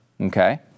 okay